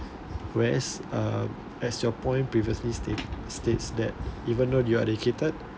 whereas uh as your point previously stated states that even though you are educated